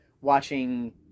watching